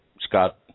Scott